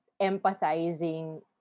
empathizing